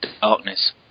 darkness